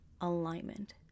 alignment